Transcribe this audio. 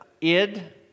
id